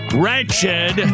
wretched